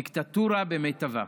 דיקטטורה במיטבה.